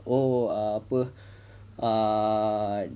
apa ah